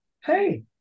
hey